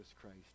Christ